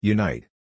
Unite